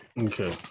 Okay